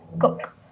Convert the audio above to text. Cook